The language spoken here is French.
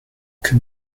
que